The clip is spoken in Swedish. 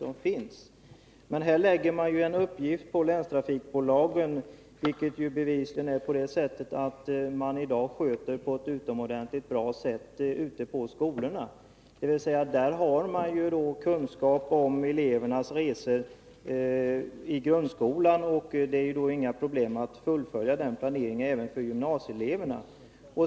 Här vill regeringen på länstrafikbolagen lägga en uppgift som i dag bevisligen sköts på ett utomordentligt bra sätt ute på skolorna. Där har man kunskap om grundskoleelevernas resor, och det är inga problem att fullfölja den planeringen även för gymnasieeleverna.